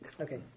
Okay